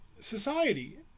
society